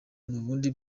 n’ubundi